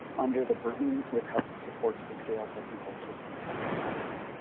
under the bringing recovery supports to scale technical assistance center strategy.